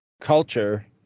culture